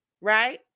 Right